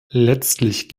letztlich